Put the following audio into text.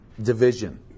division